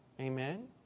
Amen